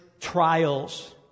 trials